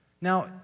Now